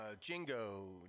Jingo